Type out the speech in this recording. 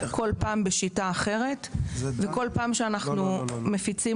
בכל פעם בשיטה אחרת; בכל פעם שאנחנו מפיצים